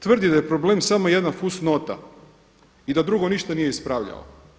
Tvrdi da je problem samo jedna fusnota i da drugo nije ništa ispravljao.